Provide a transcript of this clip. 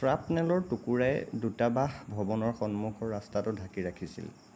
শ্ৰাপনেলৰ টুকুৰাই দূতাৱাস ভৱনৰ সন্মুখৰ ৰাস্তাটো ঢাকি ৰাখিছিল